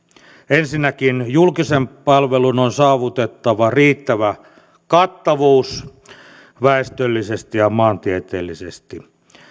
ensinnäkin julkisen palvelun on saavutettava riittävä kattavuus väestöllisesti ja maantieteellisesti